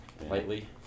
lightly